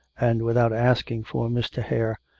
and without asking for mr. hare,